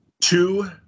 two